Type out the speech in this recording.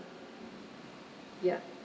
ya